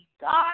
God